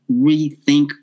rethink